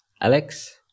Alex